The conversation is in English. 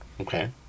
Okay